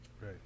right